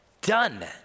Done